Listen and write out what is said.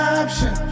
option